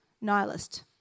nihilist